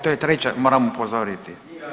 To je treća, moram upozoriti.